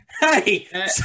Hey